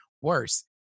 worse